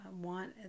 want